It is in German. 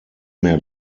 mehr